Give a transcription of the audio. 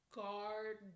guard